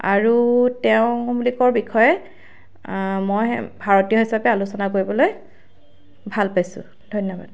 আৰু তেওঁলোকৰ বিষয়ে মই ভাৰতীয় হিচাপে আলোচনা কৰিবলৈ ভাল পাইছো ধন্যবাদ